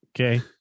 Okay